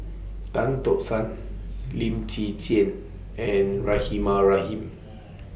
Tan Tock San Lim Chwee Chian and Rahimah Rahim